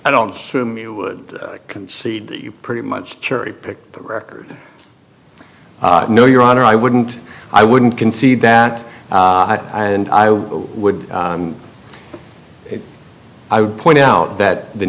i don't assume you would concede that you pretty much cherry picked the record no your honor i wouldn't i wouldn't concede that and i would i would point out that the